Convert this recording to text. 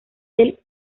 del